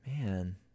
Man